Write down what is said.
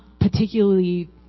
particularly